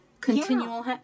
continual